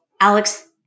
Alex